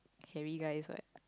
hairy guys what